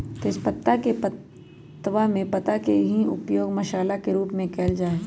तेजपत्तवा में पत्ता के ही उपयोग मसाला के रूप में कइल जा हई